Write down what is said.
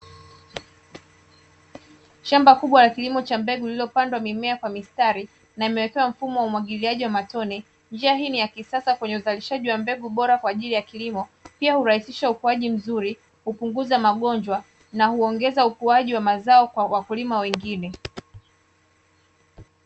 Shamba kubwa la kilimo cha mbegu lililopandwa mimea kwa mistari na imewekewa mfumo wa umwagiliaji wa matone. Njia hii ni ya kisasa kwenye uzalishaji wa mbegu bora kwa ajili ya kilimo, pia hurahisisha ukuaji mzuri, kupunguza magonjwa na huongeza ukuaji wa mazao kwa wakulima wengine .